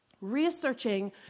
researching